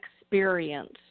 experience